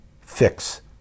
fix